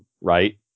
right